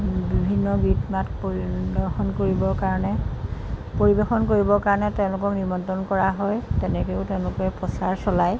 বিভিন্ন গীতমাত পৰিৱেশন কৰিবৰ কাৰণে পৰিৱেশন কৰিবৰ কাৰণে তেওঁলোকক নিমন্ত্ৰণ কৰা হয় তেনেকৈও তেওঁলোকে প্ৰচাৰ চলায়